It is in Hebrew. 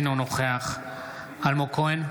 אינו נוכח אלמוג כהן,